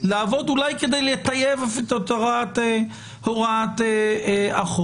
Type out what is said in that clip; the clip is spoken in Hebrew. לעבוד אולי כדי לטייב את הוראת החוק,